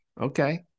Okay